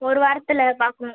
ஒரு வாரத்தில் பார்க்கணும்